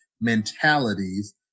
mentalities